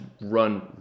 run